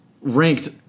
ranked